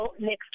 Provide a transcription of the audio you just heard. next